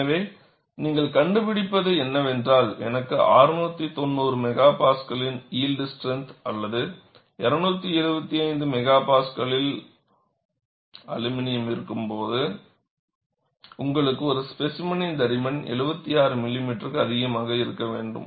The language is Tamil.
எனவே நீங்கள் கண்டுபிடிப்பது என்னவென்றால் எனக்கு 690 MPa இன் யில்ட் ஸ்ட்ரெந்த் அல்லது 275 MPa இல் அலுமினியம் இருக்கும்போது உங்களுக்கு ஒரு ஸ்பேசிமெனின் தடிமன் 76 மில்லிமீட்டருக்கு அதிகமாக இருக்க வேண்டும்